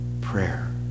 prayer